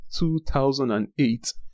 2008